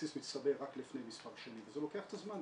לבסיס מצטבר רק לפני מספר שנים וזה לוקח את הזמן.